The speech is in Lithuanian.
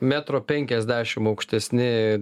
metro penkiasdešim aukštesni